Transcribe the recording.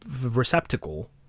receptacle